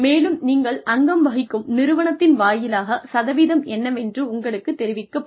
மேலும் நீங்கள் அங்கம் வகிக்கும் நிறுவனத்தின் வாயிலாகச் சதவீதம் என்னவென்று உங்களுக்குத் தெரிவிக்கப்படும்